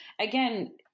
again